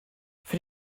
für